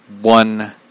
one